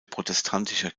protestantischer